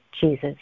Jesus